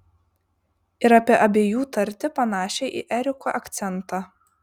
ir apie abiejų tartį panašią į eriko akcentą